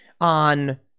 on